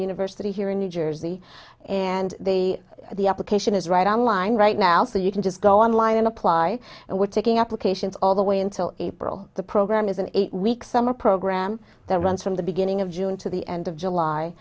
university here in new jersey and the application is right on line right now so you can just go online and apply and we're taking applications all the way until april the program is an eight week summer program there runs from the beginning of june to the end of july